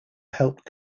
helped